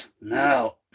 Now